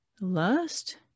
lust